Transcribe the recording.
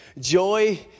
Joy